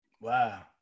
Wow